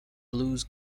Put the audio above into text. blues